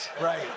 Right